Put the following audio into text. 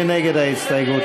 מי נגד ההסתייגות?